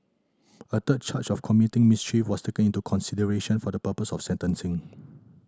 a third charge of committing mischief was taken into consideration for the purpose of sentencing